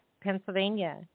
Pennsylvania